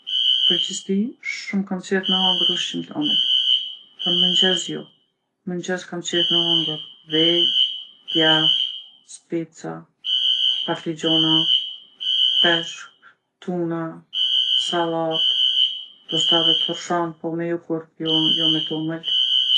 N'përgjithsi shumë kom qef me hongër ushqim t'omël. Për mengjez jo. Mengjez kom qef me hongër ve, djath, speca, patligjona, peshk, tuna, sallatë, ndoshta edhe tërshanë po me jogurt, jo me tomël.